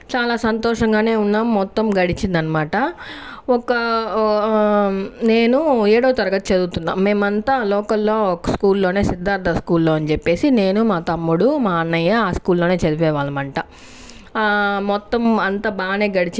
చాలా సంతోషంగానే ఉన్నాము మొత్తం గడిచిందనమాట ఒక నేను ఏడవ తరగతి చదువుతున్నా మేమంతా లోకల్ లో ఒక స్కూల్ లోనే సిద్దార్ధ స్కూల్ అని చెప్పేసి నేను మా తమ్ముడు మా అన్నయ్య ఆ స్కూల్ లోనే చదివేవాళ్ళమంట మొత్తం అంతా బానే గడిచింది కానీ